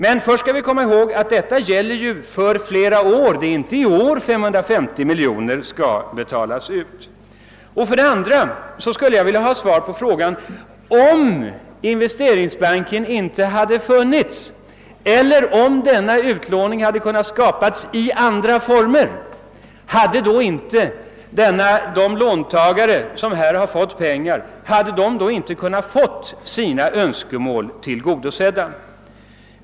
Men vi skall för det första komma ihåg att dessa 450 miljoner skall betalas ut under loppet av flera år. Hela summan betalas inte ut i år. För det andra skulle jag vilja ha svar på frågan, om inte denna utlåning hade kunnat genomföras i andra former, därest Investeringsbanken inte hade funnits. Hade de låntagare som fått sina pengar från detta håll nu inte kunnat få sina önskemål tillgodosedda om ej Investeringsbanken funnits.